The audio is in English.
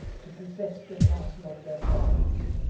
to possess the castle of their fathers,